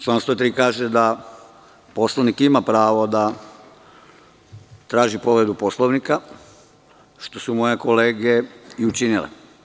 Član 103. kaže da poslanik ima pravo da traži povredu Poslovnika, što su moje kolege i učinile.